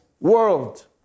world